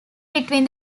between